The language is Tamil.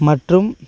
மற்றும்